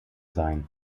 sein